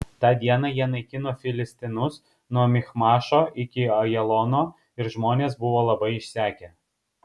tą dieną jie naikino filistinus nuo michmašo iki ajalono ir žmonės buvo labai išsekę